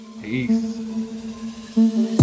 Peace